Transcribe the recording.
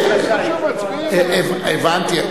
הבנתי.